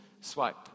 swipe